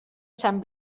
sant